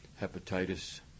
hepatitis